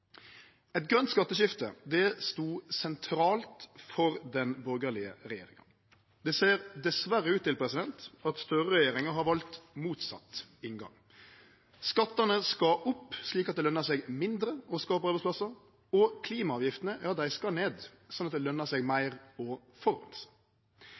Eit grønt skatteskifte stod sentralt for den borgarlege regjeringa. Det ser dessverre ut til at Gahr Støre-regjeringa har valt motsett inngang: Skattane skal opp slik at det løner seg mindre å skape arbeidsplassar, og klimaavgiftene skal ned slik at det løner seg